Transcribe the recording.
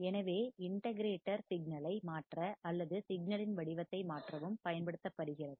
எனவே இன்டகிரேட்டர் சிக்னலை மாற்ற அல்லது சிக்னலின் வடிவத்தை மாற்றவும் பயன்படுத்தப்படுகிறது